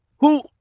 Who